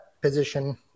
position